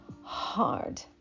hard